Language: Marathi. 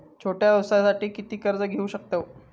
छोट्या व्यवसायासाठी किती कर्ज घेऊ शकतव?